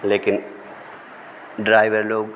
लेकिन ड्राइवर लोग